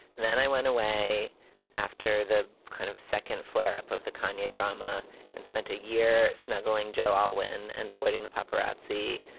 then i went away after the kind of second flare up of the konya drama and spent a year snuggling joe alwin and avoiding the paparazzi.